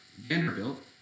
Vanderbilt